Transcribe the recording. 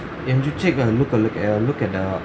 and you take a look a look a look at the